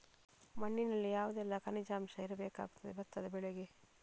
ಮಣ್ಣಿನಲ್ಲಿ ಯಾವುದೆಲ್ಲ ಖನಿಜ ಅಂಶ ಇರಬೇಕಾಗುತ್ತದೆ ಭತ್ತದ ಬೆಳೆಗೆ?